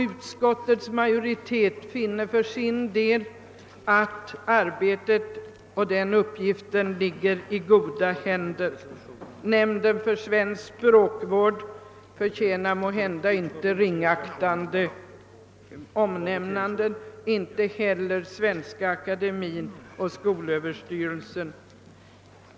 Utskottets majoritet finner för sin del att detta arbete ligger i goda händer. Nämnden för svensk språkvård förtjänar inte några ringaktande omnämnanden, inte heller Svenska akademien och skolöverstyrelsen.